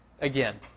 again